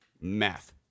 Math